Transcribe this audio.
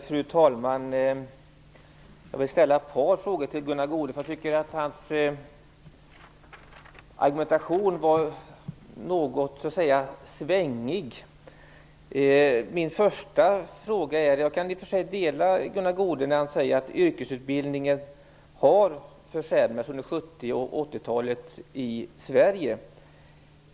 Fru talman! Jag vill ställa några frågor till Gunnar Goude. Jag tycker att hans argumentation var något svängig. Jag kan i och för sig dela Gunnar Goudes uppfattning när han säger att yrkesutbildningen i Sverige har försämrats under 70 och 80-talen.